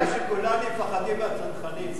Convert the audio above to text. הבעיה שכולם מפחדים מהצנחנים.